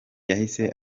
yahise